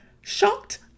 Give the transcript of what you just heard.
Shocked